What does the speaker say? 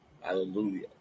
hallelujah